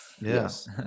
Yes